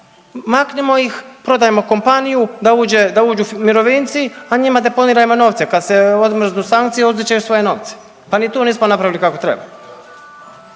maknimo ih, prodajmo kompaniju, da uđe, da uđu mirovinci, a njima deponirajmo novce, kad se odmrznu sankcije uzet će svoje novce. Pa ni tu nismo napravili kako treba.